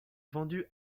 vendu